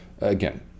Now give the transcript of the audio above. again